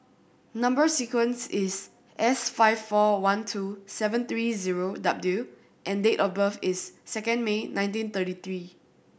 number sequence is S five four one two seven three zero W and date of birth is second May nineteen thirty three